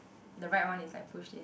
the right one is like pushed in